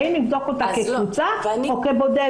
האם נבדוק אותה כקבוצה או כבודדת.